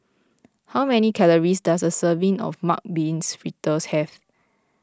how many calories does a serving of Mung Beans Fritters have